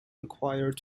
required